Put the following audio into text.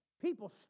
People